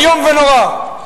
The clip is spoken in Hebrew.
איום ונורא.